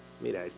Mira